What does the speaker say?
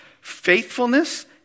faithfulness